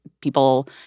people